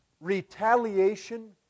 Retaliation